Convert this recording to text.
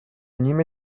نیم